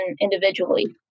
individually